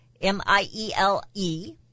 M-I-E-L-E